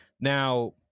Now